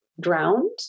drowned